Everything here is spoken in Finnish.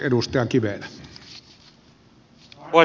arvoisa herra puhemies